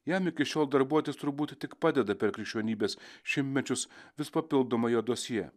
jam iki šiol darbuotis turbūt tik padeda per krikščionybės šimtmečius vis papildoma jo dosjė